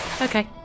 Okay